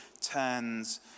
turns